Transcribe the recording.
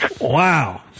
Wow